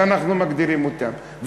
שאנחנו מגדירים אותם.